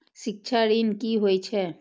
शिक्षा ऋण की होय छै?